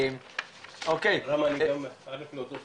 אני חייב לזוז,